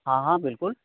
हाँ हाँ बिल्कुल